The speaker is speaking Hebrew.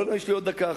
לא, יש לי עוד דקה אחת.